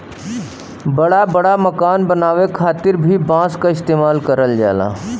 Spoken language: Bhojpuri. बड़ा बड़ा मकान बनावे खातिर भी बांस क इस्तेमाल करल जाला